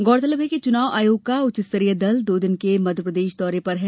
गौरतलब है कि चुनाव आयोग का उच्च स्तरीय दल दो दिन के मध्यप्रदेश दौरे पर है